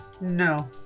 No